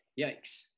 Yikes